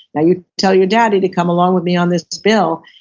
now you tell your daddy to come along with me on this bill.